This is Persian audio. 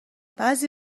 بعضی